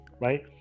right